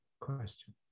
question